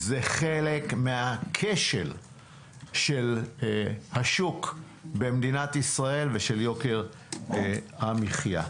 זה חלק מהכשל של השוק במדינת ישראל ושל יוקר המחיה.